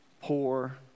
poor